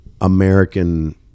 American